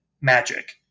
magic